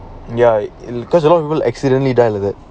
ya it'll cause a lot of people accidently die